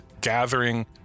gathering